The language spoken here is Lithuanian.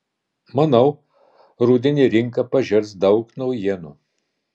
manau rudenį rinka pažers daug naujienų